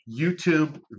YouTube